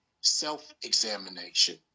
Self-examination